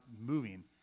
moving